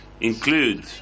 include